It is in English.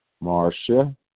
Marcia